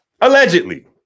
allegedly